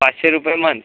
पाचशे रुपये मंथ